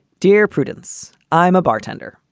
dear prudence, i'm a bartender.